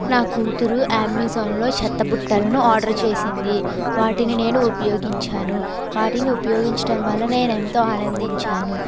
నా కూతురు అమెజాన్ లో చెత్తబుట్టలను ఆర్డర్ చేసింది వాటిని నేను ఉపయోగించాను వాటిని ఉపయోగించడం వల్ల నేనెంతో ఆనందించాను